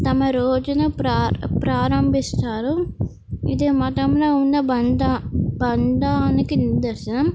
తమ రోజును ప్ర ప్రారంభిస్తారు ఇది మతంలో ఉన్న బంధ బంధానికి నిదర్శనం